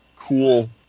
cool